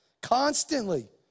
constantly